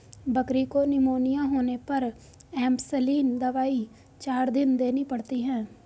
बकरी को निमोनिया होने पर एंपसलीन दवाई चार दिन देनी पड़ती है